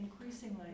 increasingly